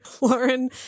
Lauren